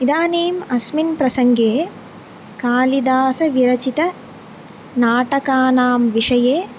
इदानीम् अस्मिन् प्रसङ्गे कालिदासविरचितनाटकानां विषये